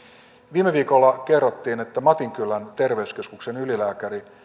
viime viikolla kerrottiin että matinkylän terveyskeskuksen ylilääkäri